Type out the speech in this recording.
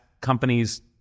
companies